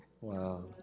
Wow